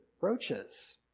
roaches